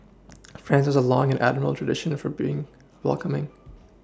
France has a long and admirable tradition of being welcoming